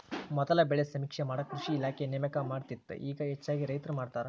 ಮೊದಲ ಬೆಳೆ ಸಮೇಕ್ಷೆ ಮಾಡಾಕ ಕೃಷಿ ಇಲಾಖೆ ನೇಮಕ ಮಾಡತ್ತಿತ್ತ ಇಗಾ ಹೆಚ್ಚಾಗಿ ರೈತ್ರ ಮಾಡತಾರ